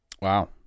Wow